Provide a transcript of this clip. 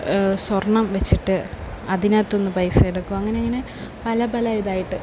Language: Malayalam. സ്വര്ണം വെച്ചിട്ട് അതിനകത്തുനിന്ന് പൈസയെടുക്കും അങ്ങനെയങ്ങനെ പല പല ഇതായിട്ട്